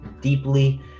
deeply